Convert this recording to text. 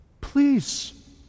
please